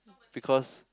because